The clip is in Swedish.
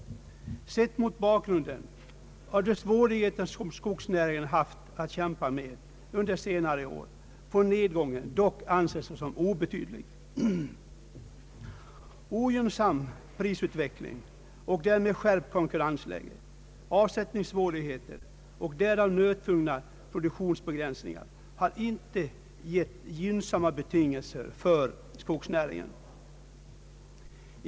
Sett mot bakgrunden av de svårigheter som skogsnäringen haft att kämpa med under senare år får nedgången dock anses såsom obetydlig. Ogynnsam prisutveckling och därmed skärpt konkurrensläge, avsättningssvårigheter och därmed = nödtvungna <produktionsbegränsningar har inte givit gynnsamma betingelser för skogsnäringen.